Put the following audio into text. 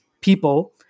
people